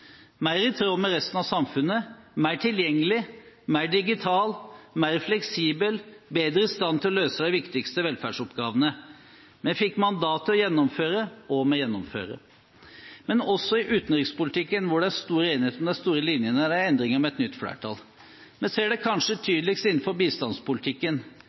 mer i tråd med resten av samfunnet, mer tilgjengelig, mer digital, mer fleksibel og bedre i stand til å løse de viktigste velferdsoppgavene. Vi fikk mandat til å gjennomføre, og vi gjennomfører. Men også i utenrikspolitikken, hvor det er stor enighet om de store linjene, er det endringer med et nytt flertall. Vi ser det kanskje tydeligst innenfor bistandspolitikken.